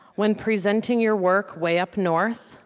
when presenting your work way up north,